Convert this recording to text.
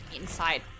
inside